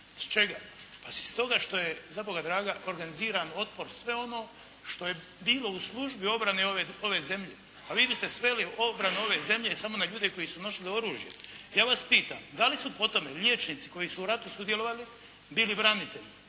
Iz čega? Pa stoga što je za Boga dragoga organiziran otpor sve ono što je bilo u službi obrane ove zemlje. Pa vi biste sveli obranu ove zemlje samo na ljude koji su nosili oružje. Ja vas pitam da li su po tome liječnici koji su u ratu sudjelovali, bili branitelji?